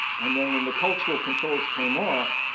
and then when the cultural controls came off,